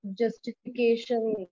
justification